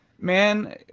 man